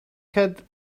had